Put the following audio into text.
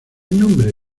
nombre